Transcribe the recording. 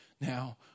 Now